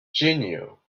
genial